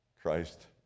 Christ